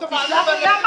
בסוף --- תסלח לי,